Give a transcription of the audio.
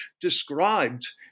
described